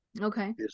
Okay